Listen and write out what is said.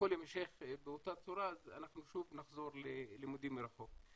באותה צורה אנחנו שוב נחזור ללימודים מרחוק.